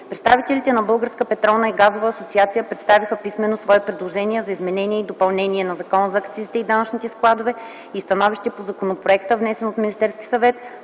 Представителите на Българска петролна и газова асоциация представиха писмено свои предложения за изменение и допълнение на Закона за акцизите и данъчните складове и становище по законопроекта, внесен от Министерския съвет,